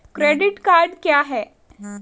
Credit card क्या है?